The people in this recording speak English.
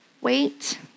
wait